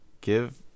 give